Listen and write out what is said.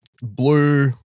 blue